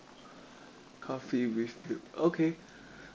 coffee with milk okay